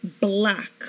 black